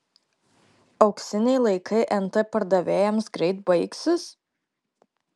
auksiniai laikai nt pardavėjams greit baigsis